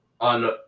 on